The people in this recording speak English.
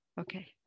Okay